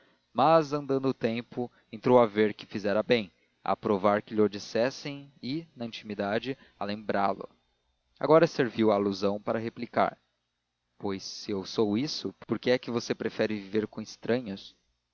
mas andando o tempo entrou a ver que fizera bem a aprovar que lho dissessem e na intimidade a lembrá lo agora serviu a alusão para replicar pois se eu sou isso por que é que você prefere viver com estranhos